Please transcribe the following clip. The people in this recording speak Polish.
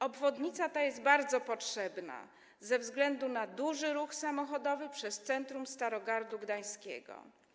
Obwodnica ta jest bardzo potrzebna ze względu na duży ruch samochodowy przez centrum Starogardu Gdańskiego.